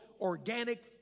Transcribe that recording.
organic